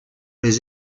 les